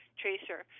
tracer